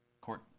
court